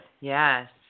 Yes